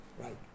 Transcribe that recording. Right